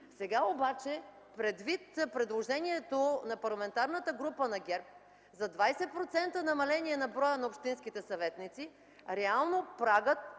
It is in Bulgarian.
Сега обаче, предвид предложението на Парламентарната група на ГЕРБ за 20% намаление на броя на общинските съветници, реално прагът